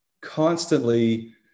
constantly